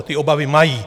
Ty obavy mají.